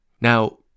Now